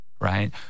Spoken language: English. Right